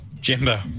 Jimbo